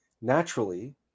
naturally